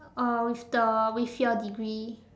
uh with the with your degree